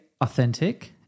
authentic